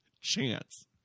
chance